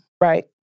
right